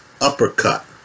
uppercut